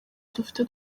dufite